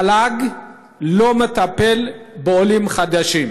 המל"ג לא מטפל בעולים חדשים.